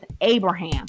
Abraham